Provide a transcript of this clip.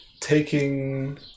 taking